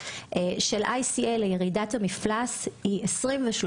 של ICL לירידת המפלס היא 23%,